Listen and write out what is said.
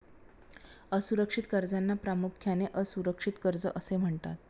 असुरक्षित कर्जांना प्रामुख्याने असुरक्षित कर्जे असे म्हणतात